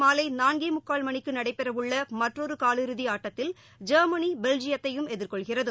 மாலைநான்கேமுக்கால் மணிக்குநடைபெறவுள்ளமற்றொருகாலிறுதிஆட்டத்தில் முன்னதாக ஜெர்மனி பெல்ஜியத்தையும் எதிர்கொள்கிறது